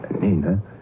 Nina